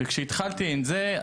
כשהתחלתי עם זה,